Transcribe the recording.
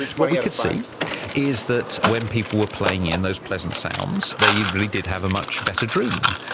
what we could see is that when people were playing in those pleasant sounds they yeah really did have a much better dream.